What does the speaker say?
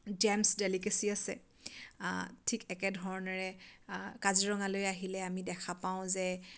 James ডেলিকেচি আছে ঠিক একেধৰণেৰে কাজিৰঙালৈ আহিলে আমি দেখা পাওঁ যে